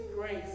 grace